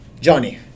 Johnny